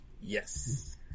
Yes